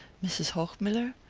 mrs. hochmuller?